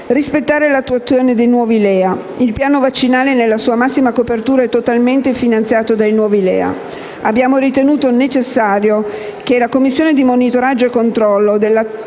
rispettare l'attuazione dei nuovi LEA. Il piano vaccinale, nella sua massima copertura, è totalmente finanziato dai nuovi LEA. Abbiamo ritenuto necessario che la Commissione di monitoraggio e controllo